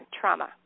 trauma